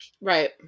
Right